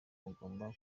mugomba